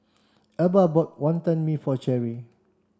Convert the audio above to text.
Elba bought Wantan Mee for Cheri